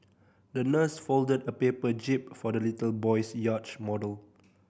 the nurse folded a paper jib for the little boy's yacht model